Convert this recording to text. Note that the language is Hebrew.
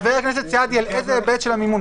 חבר הכנסת סעדי, על איזה היבט של המימון?